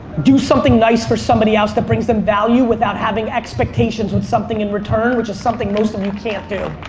do something nice for somebody else that brings them value without having expectations with something in return, which is something most of you can't do.